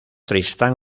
tristán